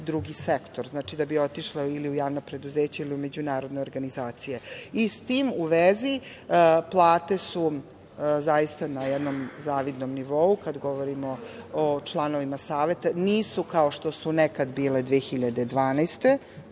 drugi sektor, da bi otišli ili u javna preduzeća ili u međunarodne organizacije.S tim u vezi, plate su zaista na jednom zavidnom nivou kada govorimo o članovima Saveta. Nisu kao što su nekada bile 2012.